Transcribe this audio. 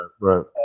right